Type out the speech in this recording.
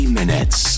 minutes